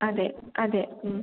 അതെ അതെ